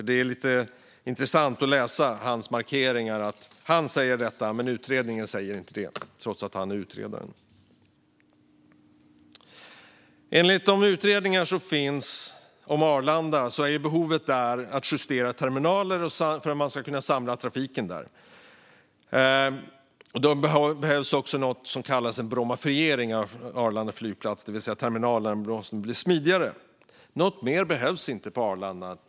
Det är intressant att läsa hans markeringar: Han säger en sak, men utredningen säger något annat, trots att det är han som är utredare. Enligt utredningar som finns om Arlanda har man behov av att justera terminalerna för att kunna samla trafiken där. Det behövs dessutom något som kallas brommafiering av Arlanda flygplats, det vill säga att terminalerna måste bli smidigare. Något mer behövs inte på Arlanda.